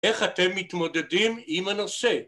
‫איך אתם מתמודדים עם הנושא?